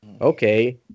okay